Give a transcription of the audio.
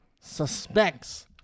suspects